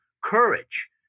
courage